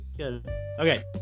Okay